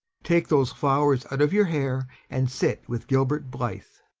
take those flowers out of your hair and sit with gilbert blythe.